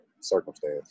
circumstance